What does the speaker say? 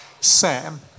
Sam